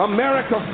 America